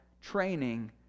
training